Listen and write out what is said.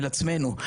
אל עצמנו.